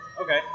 Okay